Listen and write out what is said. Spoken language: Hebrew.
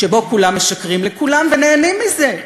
שבו כולם משקרים לכולם ונהנים מזה,